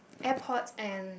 airport and